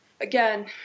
again